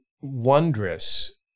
wondrous